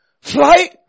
Fly